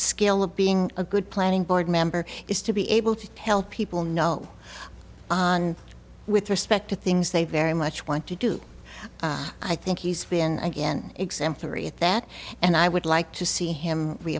skill of being a good planning board member is to be able to help people know with respect to things they very much want to do i think he's been exemplary at that and i would like to see him